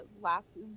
lapses